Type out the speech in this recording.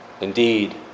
Indeed